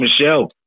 Michelle